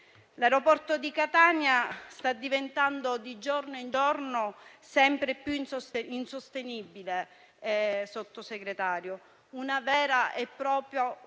L'aeroporto di Catania sta diventando di giorno in giorno sempre più insostenibile, signor Sottosegretario, una vera e propria bomba